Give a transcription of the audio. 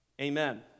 Amen